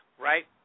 right